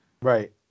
right